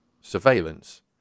surveillance